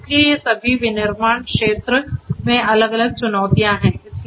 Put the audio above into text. इसलिए ये सभी विनिर्माण क्षेत्र में अलग अलग चुनौतियां हैं